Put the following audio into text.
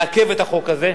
לעכב את החוק הזה,